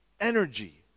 Energy